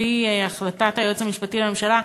על-פי החלטת היועץ המשפטי לממשלה,